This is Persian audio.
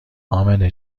امنه